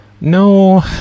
No